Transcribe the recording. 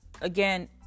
Again